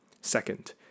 Second